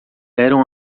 eram